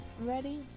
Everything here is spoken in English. ready